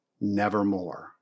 nevermore